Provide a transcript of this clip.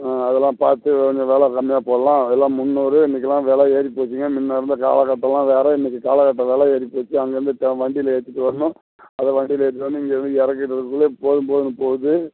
ஆ அதெல்லாம் பார்த்து வெலை கம்மியாக போடலாம் எல்லாம் முன்னூறு இன்றைக்கெல்லாம் வெலை ஏறிப்போச்சுங்க முன்ன இருந்த காலக்கட்டலாம் வேறு இன்றைக்கு காலக்கட்டம் வெலை ஏறி போச்சு அங்கேயிருந்து தே வண்டியில் ஏற்றிட்டு வரணும் அதை வண்டியில் ஏற்றிட்டு வந்து இங்கே வந்து இறக்கிட்டு இருக்கக்குள்ளே போதும் போதுன்னு போகுது